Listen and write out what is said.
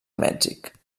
mèxic